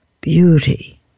Beauty